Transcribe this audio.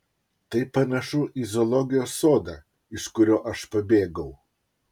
tai panašu į zoologijos sodą iš kurio aš pabėgau